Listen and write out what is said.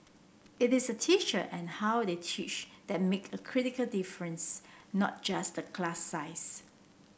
it is a teacher and how they teach that make a critical difference not just the class size